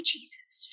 Jesus